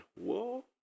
Whoa